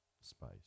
space